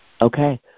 Okay